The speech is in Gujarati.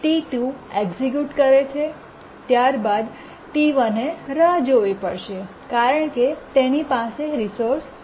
T2 એક્ઝેક્યુટ કરે છે ત્યારબાદ T1 એ રાહ જોવી પડશે કારણ કે તેની પાસે રિસોર્સ નથી